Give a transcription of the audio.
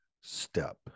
step